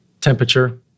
temperature